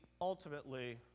ultimately